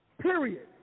Period